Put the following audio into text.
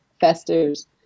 festers